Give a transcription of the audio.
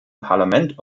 parlament